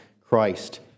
Christ